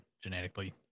genetically